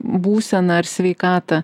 būseną ar sveikatą